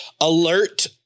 Alert